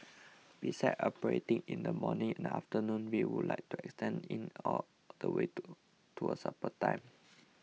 besides operating in the morning and afternoon we would like to extend in all the way to to a supper time